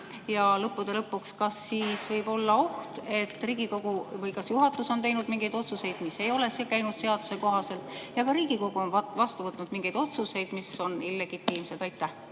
Ja lõppude lõpuks, kas siis võib olla oht, et juhatus on teinud mingeid otsuseid, mis ei ole käinud seaduse kohaselt, ja ka Riigikogu on vastu võtnud mingeid otsuseid, mis on illegitiimsed?